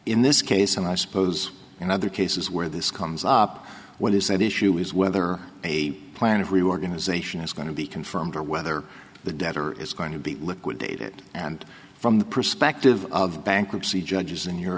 in this case and i suppose in other cases where this comes up when you say the issue is whether a plan of reorganization is going to be confirmed or whether the debtor is going to be liquidated and from the perspective of bankruptcy judges in your